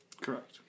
Correct